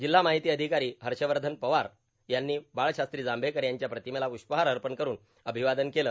जिल्हा माहिती अधिकरी हर्षवर्धन पवार यांनी बाळशास्त्री जांभेकर यांच्या प्रतिमेला प्रष्पहार अर्पण करून अभिवादन केलं